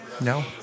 No